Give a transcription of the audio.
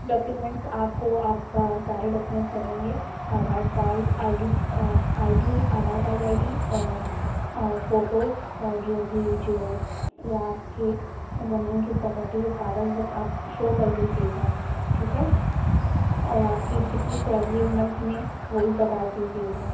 documents آپ کو آپ کا سارے ڈاکیومینٹس لگیں گے Aadhaar card I D I D Aadhaar card I D اور اور فوٹو اور جو بھی جو آپ کے زمین کی پراپرٹی کے کاغذ بس آپ شو کر دیجیے گا ٹھیک ہے اور آپ کی کتنی سیلری ہے منتھ میں وہ بھی بتا دیجیے گا